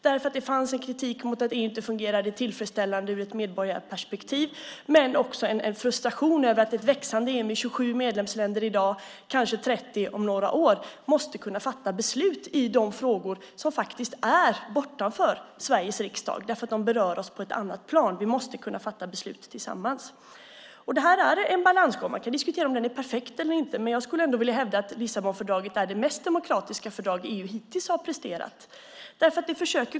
Det fanns en kritik mot att EU inte fungerade tillfredsställande ur ett medborgarperspektiv men också en frustration över att ett växande EU med 27 medlemsländer i dag, kanske 30 om några år, måste kunna fatta beslut i de frågor som faktiskt är bortanför Sveriges riksdag, därför att de berör oss på ett annat plan. Vi måste kunna fatta beslut tillsammans. Det här är en balansgång. Man kan diskutera om det är perfekt eller inte, men jag skulle ändå vilja hävda att Lissabonfördraget är det mest demokratiska fördrag EU hittills har presterat.